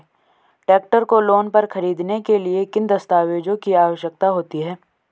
Tractor को loan पर खरीदने के लिए किन दस्तावेज़ों की आवश्यकता होती है?